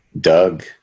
Doug